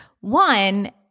One